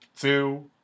two